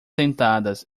sentadas